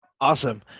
Awesome